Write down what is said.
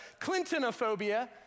Clintonophobia